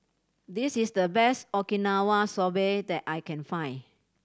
this is the best Okinawa Soba that I can find